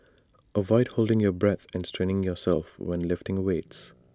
avoid holding your breath and straining yourself when lifting weights